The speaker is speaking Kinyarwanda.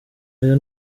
ayo